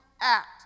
act